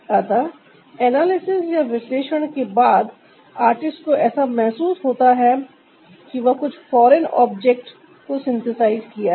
अतः एनालिसिस या विश्लेषण के बाद आर्टिस्ट को ऐसा महसूस होता है कि वह कुछ फॉरेन आब्जेक्ट को सिंथेसाइज किया है